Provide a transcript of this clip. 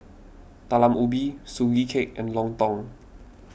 Talam Ubi Sugee Cake and Lontong